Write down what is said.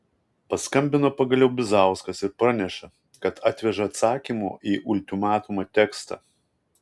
paskambino pagaliau bizauskas ir pranešė kad atveža atsakymo į ultimatumą tekstą